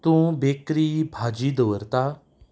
तूं बेकरींत भाजी दवरता